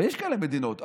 ויש כאלה מדינות,